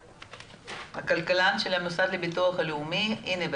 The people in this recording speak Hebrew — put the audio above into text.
לחילופין, אם המצב שלו מאוד